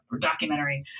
documentary